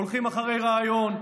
הולכים אחרי הרעיון,